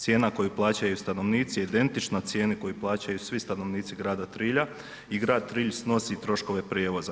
Cijena koju plaćaju stanovnici je identična cijeni koju plaćaju svi stanovnici grada Trilja i grad Trilj snosi troškove prijevoza.